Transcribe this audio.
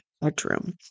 bedroom